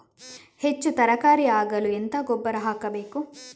ಹೆಚ್ಚು ತರಕಾರಿ ಆಗಲು ಎಂತ ಗೊಬ್ಬರ ಹಾಕಬೇಕು?